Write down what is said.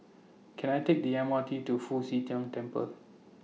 Can I Take The M R T to Fu Xi Tang Temple